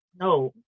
No